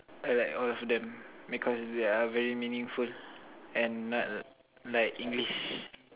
I like all of them because they are very meaningful and not like English